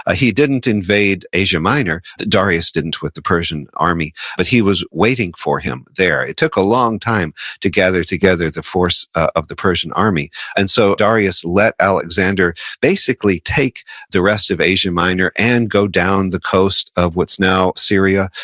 ah he didn't invade asia minor, darius didn't with the persian army, but he was waiting for him there. it took a long time to gather together the force of the persian army and so, darius let alexander basically take the rest of asia minor and go down the coast of what's now syria,